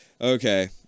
Okay